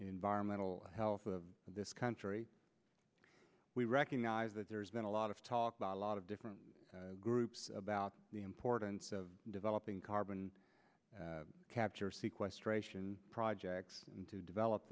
environmental health of this country we recognize that there's been a lot of talk by a lot of different groups about the importance of developing carbon capture seaquest ration projects and to develop